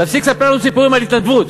תפסיק לספר לנו סיפורים על התנדבות.